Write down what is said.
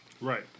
Right